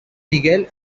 miguel